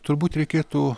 turbūt reikėtų